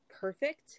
perfect